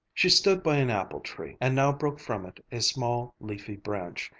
she stood by an apple-tree and now broke from it a small, leafy branch,